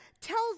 tells